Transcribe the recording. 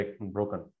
broken